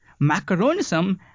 Macaronism